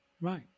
right